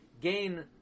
gain